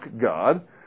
God